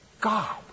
God